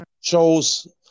shows